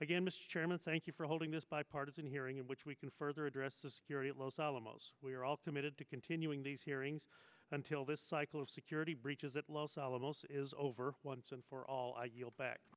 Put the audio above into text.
chairman thank you for holding this bipartisan hearing in which we can further address the security at los alamos we are all committed to continuing these hearings until this cycle of security breaches at los alamos is over once and for all i yield back